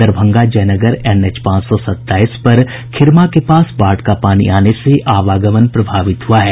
Darbhanga Jaynagar NH पांच सौ सत्ताईस पर खिरमा के पास बाढ़ का पानी आने से आवागमन प्रभावित हुआ है